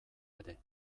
ere